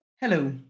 Hello